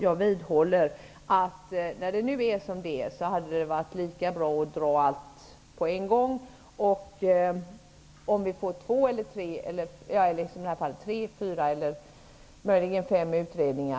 Jag vidhåller att det hade varit lika bra att utreda allting på en gång -- må så vara att vi får tre, fyra eller möjligen fem utredningar.